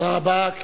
תודה רבה.